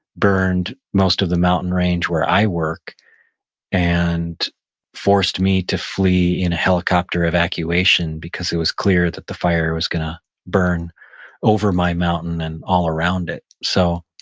burned most of the mountain range where i work and forced me to flee in a helicopter evacuation because it was clear that the fire was gonna burn over my mountain and all around it. so,